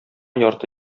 ярты